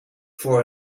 voor